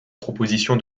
proposition